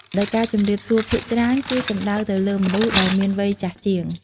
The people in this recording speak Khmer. ដោយការជម្រាបសួរភាគច្រើន គឺសំដៅទៅលើមនុស្សដែរមានវ័យចាស់ជាង។